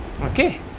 Okay